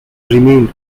remained